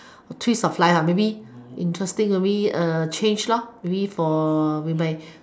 twist of life maybe interesting maybe change maybe for with my